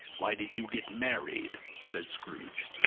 why did you get married? said scrooge.